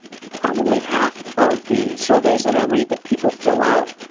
probably half of the surveys that i read that people fill out,